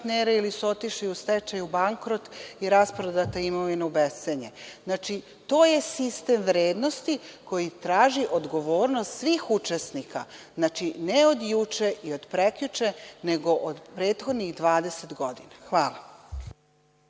ili su otišli u stečaj, u bankrot i rasprodata imovina u bescenje. Znači, to je sistem vrednosti koji traži odgovornost svih učesnika. Znači, ne od juče, ni od prekjuče nego od prethodnih 20 godina. Hvala.